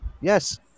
Yes